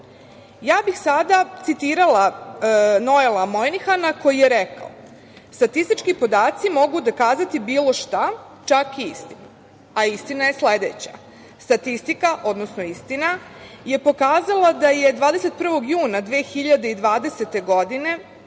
bih sada citirala Noela Mojnihana, koji je rekao: „Statistički podaci mogu dokazati bilo šta, čak i istinu“. A istina je sledeća – statistika, odnosno istina je pokazala da je 21. juna 2020. godine